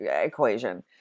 Equation